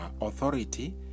authority